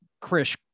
Chris